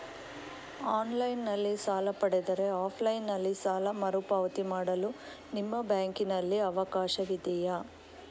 Online ನಲ್ಲಿ ಸಾಲ ಪಡೆದರೆ ಆಫ್ಲೈನ್ ನಲ್ಲಿ ಸಾಲ ಮರುಪಾವತಿ ಮಾಡಲು ನಿಮ್ಮ ಬ್ಯಾಂಕಿನಲ್ಲಿ ಅವಕಾಶವಿದೆಯಾ?